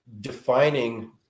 defining